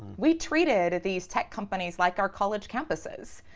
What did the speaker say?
we treated these tech companies like our college campuses.